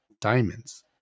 diamonds